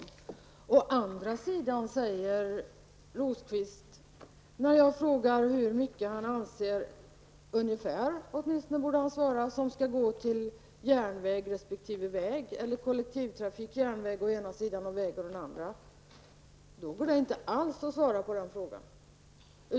När jag å andra sidan frågar ungefär hur mycket Birger Rosqvist anser skall gå till järnväg resp. väg -- eller kollektivtrafik och järnväg å ena sidan och väg å den andra -- kan han inte alls svara på frågan.